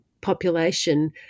population